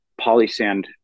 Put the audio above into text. polysand